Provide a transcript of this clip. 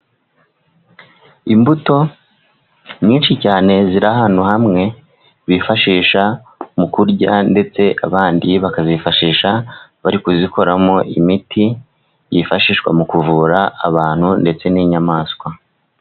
Imbuto nyinshi cyane ziri ahantu hamwe, bifashisha mu kurya ndetse abandi bakazifashisha bari kuzikoramo imiti yifashishwa mu kuvura abantu ndetse n'inyamaswa.